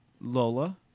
Lola